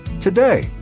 today